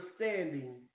understanding